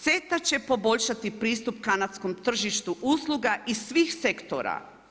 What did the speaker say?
CETA će poboljšati pristup kanadskom tržištu usluga i svih sektora.